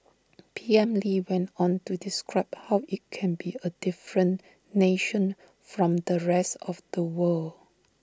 P M lee went on to describe how IT can be A different nation from the rest of the world